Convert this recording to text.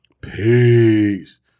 Peace